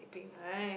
peng !ai!